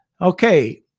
Okay